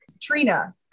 Trina